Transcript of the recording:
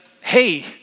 hey